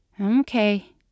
Okay